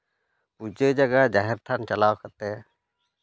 ᱯᱩᱡᱟᱹ ᱡᱟᱭᱜᱟ ᱡᱟᱦᱮᱨ ᱛᱷᱟᱱ ᱪᱟᱞᱟᱣ ᱠᱟᱛᱮᱫ